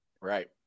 Right